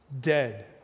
Dead